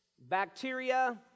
bacteria